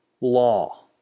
law